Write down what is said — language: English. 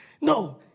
No